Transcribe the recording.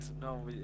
No